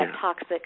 toxic